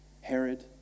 Herod